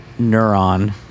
neuron